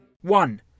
One